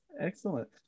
Excellent